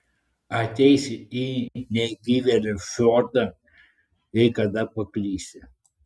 ateisi į negyvėlio fjordą jei kada paklysi